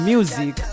Music